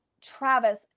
Travis